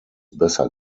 besser